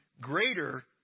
greater